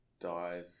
dive